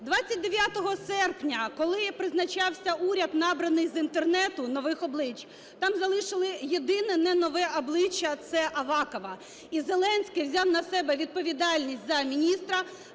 29 серпня, коли призначався уряд, набраний з Інтернету нових облич, там залишили єдине не нове обличчя – це Авакова. І Зеленський взяв на себе відповідальність за міністра,